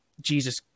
Jesus